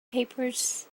papers